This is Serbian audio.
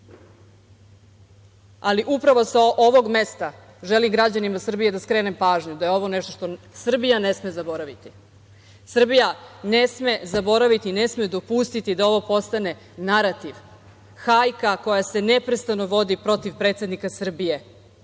Upravo sa ovog mesta želim građanima Srbije da skrenem pažnju da je ovo nešto što Srbija ne sme zaboraviti. Srbija ne sme zaboraviti i ne sme dopustiti da ovo postane narativ, hajka koja se neprestano vodi protiv predsednika Srbije. Danas